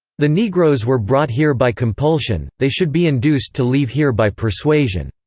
the negroes were brought here by compulsion they should be induced to leave here by persuasion.